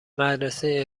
مدرسه